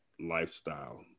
lifestyle